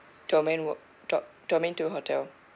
domain on~ do~ domain two hotel